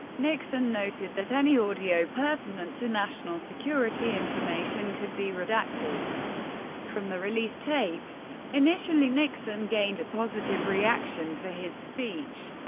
nixon noted that any audio pertinent to national security information could be redacted from the released tapes. initially, nixon gained a positive reaction for his speech.